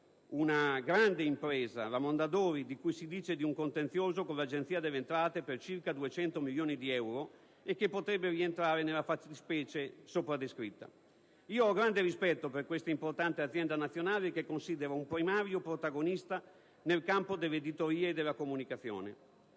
una grande impresa, la Mondadori, di cui si dice di un contenzioso con l'Agenzia delle entrate per circa 200 milioni di euro, che potrebbe rientrare nella fattispecie sopra descritta. Ho grande rispetto per questa importante azienda nazionale, che considero un protagonista primario nel campo dell'editoria e della comunicazione,